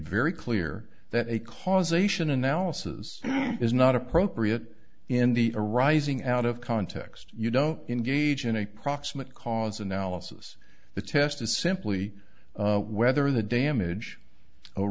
very clear that a causation analysis is not appropriate in the arising out of context you don't engage in a proximate cause analysis the test is simply whether the damage